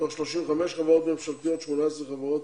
מתוך 35 חברות ממשלתיות, 18 חברות